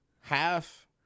half